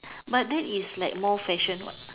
but then is like more fashion what